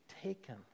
taken